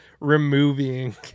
removing